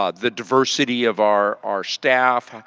um the diversity of our our staff.